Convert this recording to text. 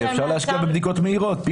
אפשר להשקיע בבדיקות מהירות.